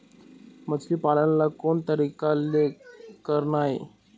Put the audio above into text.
मछली पालन ला कोन तरीका ले करना ये?